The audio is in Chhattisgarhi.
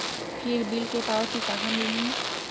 फिर बिल के पावती कहा मिलही?